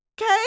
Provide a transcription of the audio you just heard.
Okay